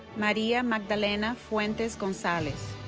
maria magdalena fuentes gonzalez